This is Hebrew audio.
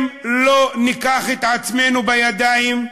אם לא ניקח את עצמנו בידיים,